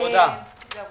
תודה